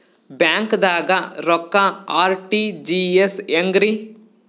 ಬ್ಯಾಂಕ್ದಾಗ ರೊಕ್ಕ ಆರ್.ಟಿ.ಜಿ.ಎಸ್ ಹೆಂಗ್ರಿ?